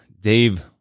Dave